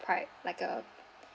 priv~ like a